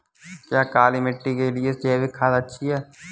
क्या काली मिट्टी के लिए जैविक खाद अच्छी है?